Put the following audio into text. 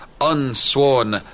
unsworn